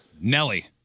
Nelly